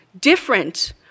Different